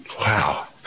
Wow